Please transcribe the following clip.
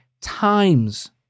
times